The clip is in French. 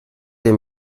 aime